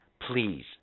please